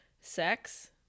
sex